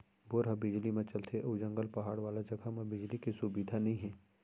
bore ह बिजली म चलथे अउ जंगल, पहाड़ वाला जघा म बिजली के सुबिधा नइ हे